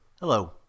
Hello